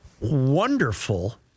wonderful